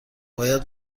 باید